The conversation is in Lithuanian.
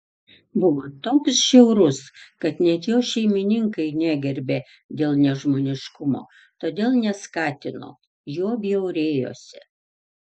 buvo toks žiaurus kad net jo šeimininkai negerbė dėl nežmoniškumo todėl neskatino juo bjaurėjosi